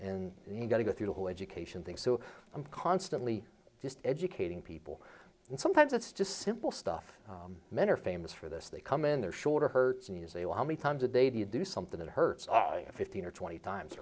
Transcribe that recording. you've got to go through the whole education thing so i'm constantly just educating people and sometimes it's just simple stuff men are famous for this they come in their shoulder hurts and you say oh how many times a day do you do something that hurts i fifteen or twenty times